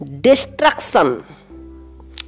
destruction